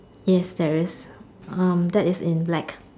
yes there is um that is in black